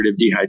dehydration